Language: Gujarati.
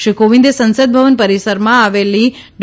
શ્રી કોવિંદે સંસદ ભવન પરિસરમાં આવેલી ડૉ